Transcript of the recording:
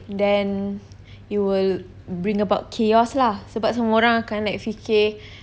then you will bring about chaos lah sebab semua orang akan like fikir